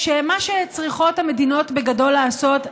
שמה שצריכות המדינות בגדול לעשות,